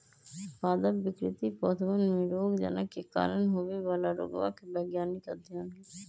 पादप विकृति पौधवन में रोगजनक के कारण होवे वाला रोगवा के वैज्ञानिक अध्ययन हई